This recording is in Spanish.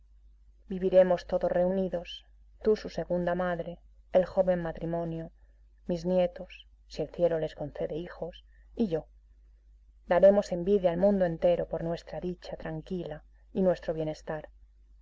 viviremos todos reunidos tú su segunda madre el joven matrimonio mis nietos si el cielo les concede hijos y yo daremos envidia al mundo entero por nuestra dicha tranquila y nuestro